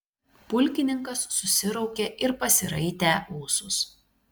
pulkininkas susiraukė ir pasiraitę ūsus